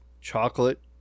chocolate